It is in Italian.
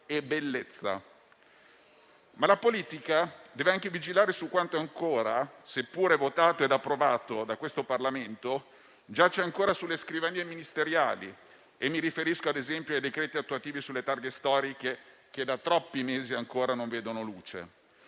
e bellezza. Ma la politica deve anche vigilare su quanto ancora, seppure votato ed approvato da questo Parlamento, giace sulle scrivanie ministeriali: mi riferisco ad esempio ai decreti attuativi sulle targhe storiche, che da troppi mesi ancora non vedono la luce.